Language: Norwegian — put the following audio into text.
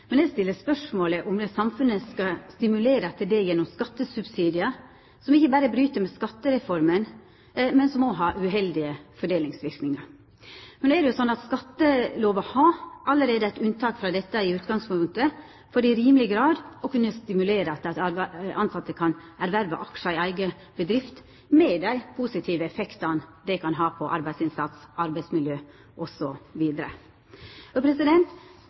Men eg stiller spørsmål ved om samfunnet skal stimulera til dette gjennom skattesubsidiar, som ikkje berre bryt med skattereforma, men som òg har uheldige fordelingsverknader. No er det slik at skattelova allereie har eit unntak frå dette i utgangspunktet for i rimeleg grad å kunna stimulera til at tilsette kan erverva aksjar i eiga bedrift, med dei positive effektane det kan ha på arbeidsinnsats, arbeidsmiljø